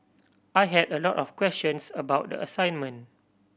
I had a lot of questions about the assignment